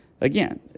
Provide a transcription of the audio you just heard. again